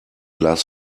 las